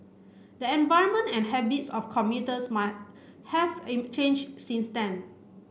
the environment and habits of commuters might have changed since then